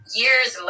years